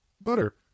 butter